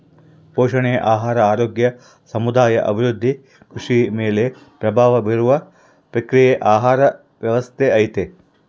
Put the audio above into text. ಪೋಷಣೆ ಆಹಾರ ಆರೋಗ್ಯ ಸಮುದಾಯ ಅಭಿವೃದ್ಧಿ ಕೃಷಿ ಮೇಲೆ ಪ್ರಭಾವ ಬೀರುವ ಪ್ರಕ್ರಿಯೆಯೇ ಆಹಾರ ವ್ಯವಸ್ಥೆ ಐತಿ